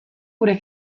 gure